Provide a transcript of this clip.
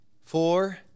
four